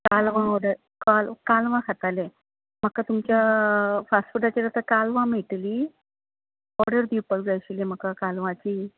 कालवां ओर्डर का कालवां खातालें म्हाका तुमच्या फास्टफुडाचेर आतां कालवां मेळटलीं ऑर्डर दिवपाक जाय आशिल्ली म्हाका कालवांची